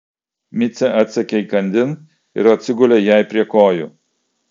micė atsekė įkandin ir atsigulė jai prie kojų